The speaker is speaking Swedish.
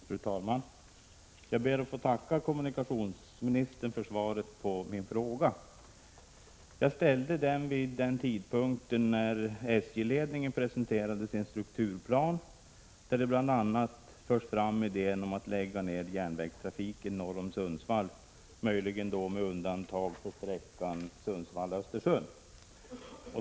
Fru talman! Jag ber att få tacka kommunikationsministern för svaret på min fråga. Jag ställde frågan vid den tidpunkt då SJ-ledningen presenterade sin strukturplan, där man bl.a. för fram idén att lägga ner järnvägstrafiken norr om Sundsvall, möjligen med undantag för sträckan Sundsvall-Östersund.